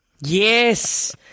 Yes